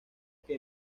que